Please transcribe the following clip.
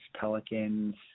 Pelicans